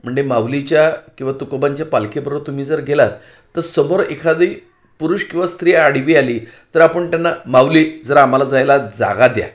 म्हंडे माऊलीच्या किंवा तुकोबांच्या पालखीबरोबर तुम्ही जर गेलात तर समोर एखादी पुरुष किंवा स्त्री आडवी आली तर आपण त्यांना माऊली जर आम्हाला जायला जागा द्या